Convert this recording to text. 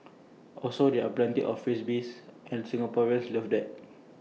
also there are plenty of freebies and Singaporeans love that